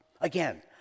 Again